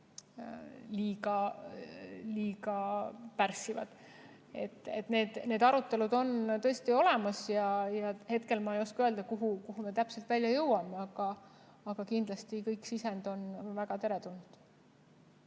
liiga pärssivad? Need arutelud on tõesti olemas. Hetkel ma ei oska öelda, kuhu me välja jõuame, aga kindlasti on sisend väga teretulnud.